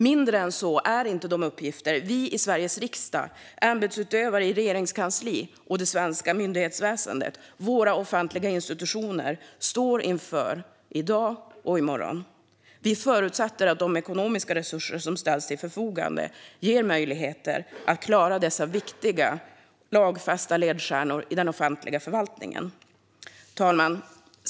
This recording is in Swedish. Mindre än så är inte de uppgifter vi i Sveriges riksdag och ämbetsutövare i Regeringskansliet och i det svenska myndighetsväsendet - våra offentliga institutioner - står inför i dag och i morgon. Vi förutsätter att de ekonomiska resurser som ställs till förfogande ger möjligheter att klara dessa viktiga lagfästa ledstjärnor i den offentliga förvaltningen. Fru talman!